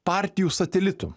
partijų satelitų